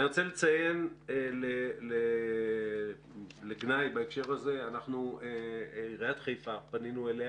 אני רוצה לציין לגנאי בהקשר הזה את עיריית חיפה אליה פנינו.